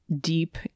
deep